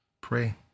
pray